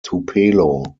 tupelo